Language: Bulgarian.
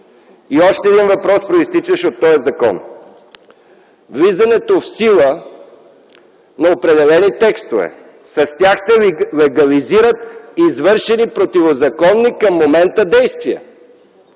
И още един въпрос, произтичащ от този закон – влизането в сила на определени текстове. С тях се легализират извършени противозаконни към момента действия.